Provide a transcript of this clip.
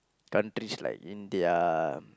countries like India